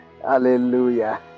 Hallelujah